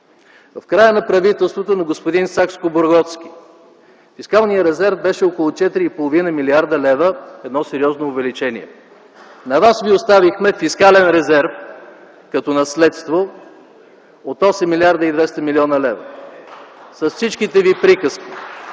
В края на правителството на господин Сакскобургготски – фискалният резерв беше около 4,5 млрд. лв., едно сериозно увеличение. На вас ви оставихме фискален резерв като наследство от 8 млрд. 200 млн. лв., с всичките ви приказки.